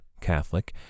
Catholic